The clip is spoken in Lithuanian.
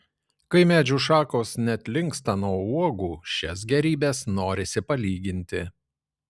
kai medžių šakos net linksta nuo uogų šias gėrybes norisi palyginti